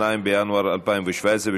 2 בינואר 2017,